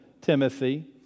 Timothy